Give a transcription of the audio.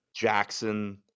Jackson